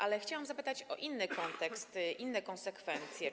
Ale chciałam zapytać o inny kontekst, inne konsekwencje.